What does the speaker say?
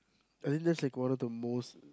but then that's like one of the most